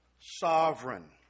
sovereign